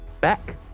Back